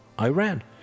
Iran